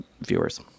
viewers